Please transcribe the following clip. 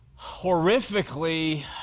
horrifically